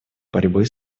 борьбы